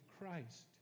Christ